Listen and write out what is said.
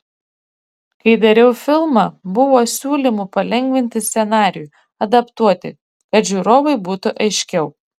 kai dariau filmą buvo siūlymų palengvinti scenarijų adaptuoti kad žiūrovui būtų aiškiau